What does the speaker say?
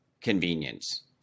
convenience